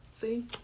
See